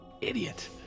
idiot